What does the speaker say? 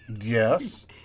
Yes